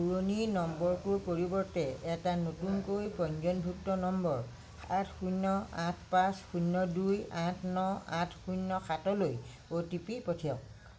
পুৰণি নম্বৰটোৰ পৰিৱৰ্তে এটা নতুনকৈ পঞ্জীয়নভুক্ত নম্বৰ সাত শূন্য আঠ পাঁচ শূন্য দুই আঠ ন আঠ শূন্য সাতলৈ অ'টিপি পঠিয়াওক